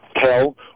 Tell